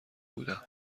بودم